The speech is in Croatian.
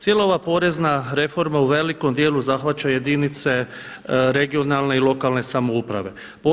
Cijela ova porezna reforma u velikom dijelu zahvaća jedinice regionalne i lokalne samouprave.